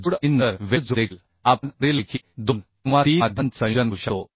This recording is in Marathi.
जोड आणि नंतर वेल्ड जोड देखील आपण वरीलपैकी दोन किंवा तीन माध्यमांचे संयोजन करू शकतो